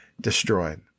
destroyed